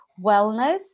wellness